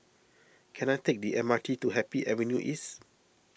can I take the M R T to Happy Avenue East